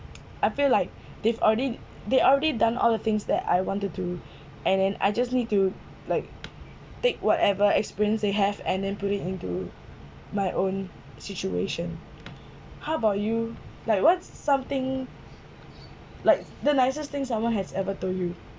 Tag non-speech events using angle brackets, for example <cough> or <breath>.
I feel like <breath> they've already they already done all the things that I want to do <breath> and then I just need to like take whatever experience they have and then put it into my own situation how about you like what's something like the nicest thing someone has ever told you